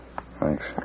Thanks